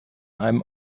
einem